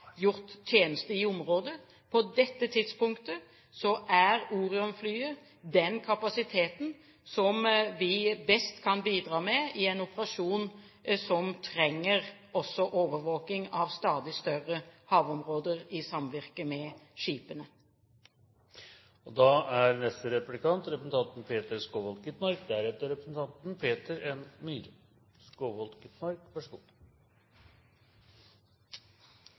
gjort tjeneste i området. På dette tidspunktet er Orion-flyet den kapasiteten som vi best kan bidra med i en operasjon som trenger også overvåking av stadig større havområder i samvirke med skipene. Det er en betydelig kostnad knyttet til piratvirksomheten, også for norske rederier og